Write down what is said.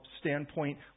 standpoint